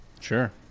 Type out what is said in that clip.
Sure